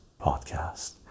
podcast